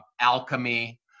alchemy